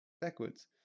backwards